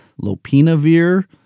lopinavir